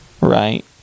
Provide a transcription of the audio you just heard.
right